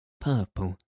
purple